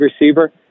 receiver